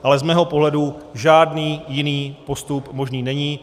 Ale z mého pohledu žádný jiný postup možný není.